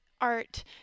art